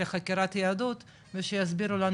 לחקירת יהדות ושיסבירו לנו,